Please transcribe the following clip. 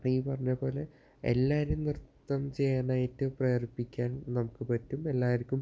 ഈ പറഞ്ഞതു പോലെ എല്ലാവരും നൃത്തം ചെയ്യാനായിട്ട് പ്രേരിപ്പിക്കാൻ നമുക്ക് പറ്റും എല്ലാർക്കും